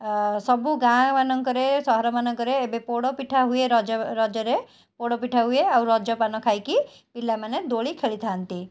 ଆ ସବୁ ଗାଁମାନଙ୍କରେ ସହର ମାନଙ୍କରେ ଏବେ ପୋଡ଼ପିଠା ହୁଏ ରଜ ରଜରେ ପୋଡ଼ପିଠା ହୁଏ ଆଉ ରଜପାନ ଖାଇକି ପିଲାମାନେ ଦୋଳି ଖେଳିଥାନ୍ତି